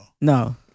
No